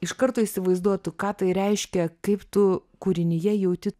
iš karto įsivaizduotų ką tai reiškia kaip tu kūrinyje jauti